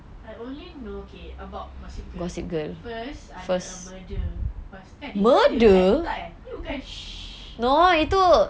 I only know okay about gossip girl first ada a murder lepas itu kan murder kan bukan ini bukan sh~